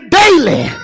daily